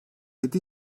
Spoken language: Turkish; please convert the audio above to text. yedi